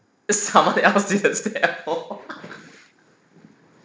someone else